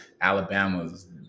Alabama's